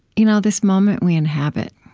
you know this moment we inhabit.